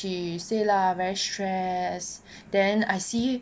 she say lah very stress then I see